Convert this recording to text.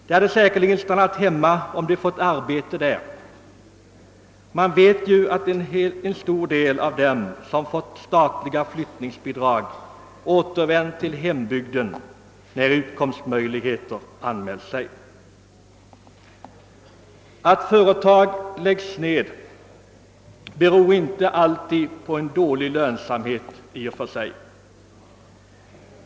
De hade säkerligen stannat hemma om de fått arbete där. Man vet ju att en stor del av dem som fått statliga flyttningsbidrag återvänt till hembygden när utkomstmöjligheter anmält sig. Att företag läggs ned beror inte alltid på dålig lönsamhet i och för sig.